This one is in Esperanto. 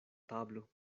tablo